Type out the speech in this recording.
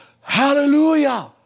hallelujah